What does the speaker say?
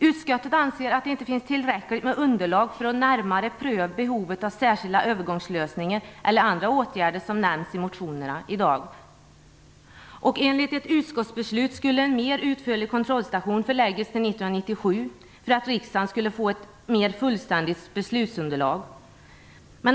Utskottet anser att det inte finns tillräckligt med underlag för att närmare pröva behovet av särskilda övergångslösningar eller andra åtgärder som nämns i motionerna. Enligt ett utskottsbeslut skulle en mer utförlig kontrollstation förläggas till 1997 för att riksdagen skulle få ett mer fullständigt beslutsunderlag.